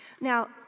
Now